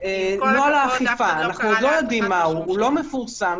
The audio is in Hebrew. עם כל הכבוד, אף אחד לא קרא לאף אחד בשום שם.